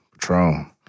Patron